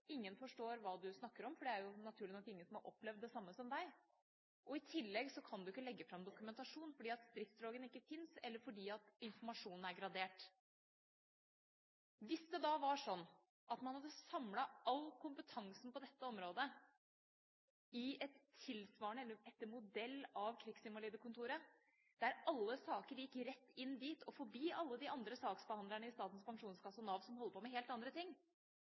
ingen forstår hva man snakker om, for det er naturlig nok ingen som har opplevd det samme som en selv. I tillegg kan man ikke legge fram dokumentasjon, fordi stridsloggen ikke finnes, eller fordi informasjonen er gradert. Hvis man hadde samlet all kompetansen på dette området etter modell av det tidligere Krigsinvalidekontoret, der alle saker gikk rett inn og forbi alle de andre saksbehandlerne i Statens pensjonskasse og Nav, som holder på med helt andre ting